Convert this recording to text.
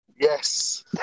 Yes